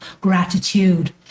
Gratitude